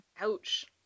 Ouch